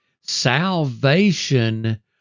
Salvation